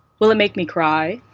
will it make me cry?